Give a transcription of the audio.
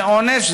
זה עונש.